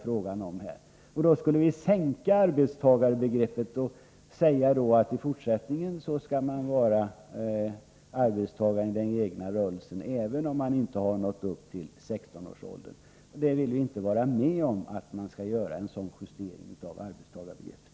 Ändrar vi på detta skulle vi sänka åldern för arbetstagarbegreppet och säga, att i fortsättningen är man arbetstagare i den egna rörelsen även om man inte nått upp till 16 års ålder. En sådan justering av arbetstagarbegreppet vill vi inte vara med om.